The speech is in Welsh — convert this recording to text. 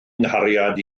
nghariad